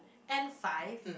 N-five